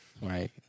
right